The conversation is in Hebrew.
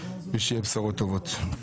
ושיהיו בשורות טובות.